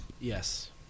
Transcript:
Yes